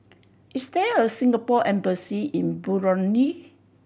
is there a Singapore Embassy in Burundi